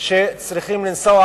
שצריכים לנסוע